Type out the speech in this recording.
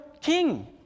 king